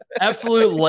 Absolute